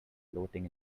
floating